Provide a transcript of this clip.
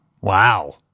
Wow